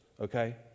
okay